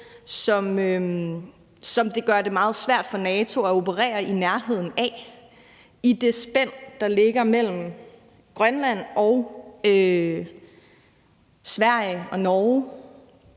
som det gør det meget svært for NATO at operere i nærheden af i det spænd, der ligger mellem Grønland og Sverige og Norge,